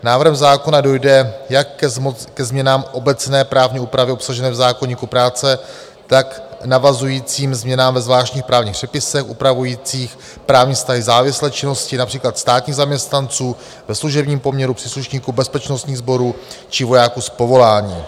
Návrhem zákona dojde jak ke změnám obecné právní úpravy obsažené v zákoníku práce, tak k navazujícím změnám ve zvláštních právních předpisech upravujících právní vztahy závislé činnosti, například státních zaměstnanců ve služebním poměru, příslušníků bezpečnostních sborů či vojáků z povolání.